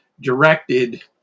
directed